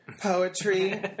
poetry